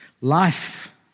Life